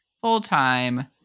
full-time